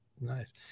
Nice